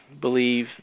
believe